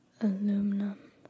aluminum